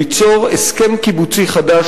ליצור הסכם קיבוצי חדש,